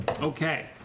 Okay